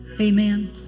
Amen